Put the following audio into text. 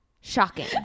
shocking